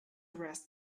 rest